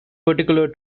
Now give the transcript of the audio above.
particular